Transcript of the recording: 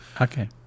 Okay